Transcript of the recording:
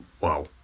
Wow